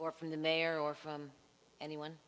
or from the mayor or from anyone